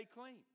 clean